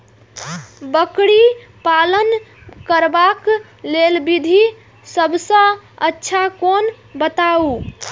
बकरी पालन करबाक लेल विधि सबसँ अच्छा कोन बताउ?